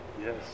Yes